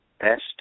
best